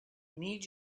need